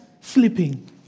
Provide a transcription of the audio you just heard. sleeping